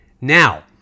now